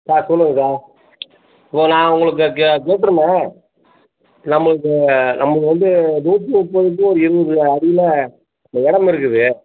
sir சொல்லுங்கள் sir இப்போ நான் உங்களுக்கு க கேட்டிருந்தேன் நம்மளுக்கு நமக்கு வந்து நுாற்று முப்பதுக்கு இருபது அடியில் இடம் இருக்குது